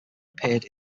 appeared